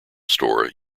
store